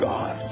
God